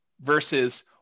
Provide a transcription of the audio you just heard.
versus